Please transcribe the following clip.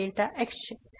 તેથી આ 0 થઈ જશે